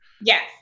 Yes